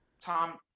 Tom